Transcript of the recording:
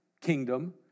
kingdom